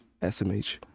SMH